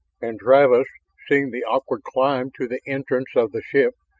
and travis, seeing the awkward climb to the entrance of the ship,